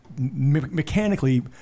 mechanically